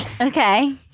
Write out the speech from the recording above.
Okay